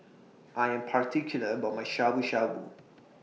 I Am particular about My Shabu Shabu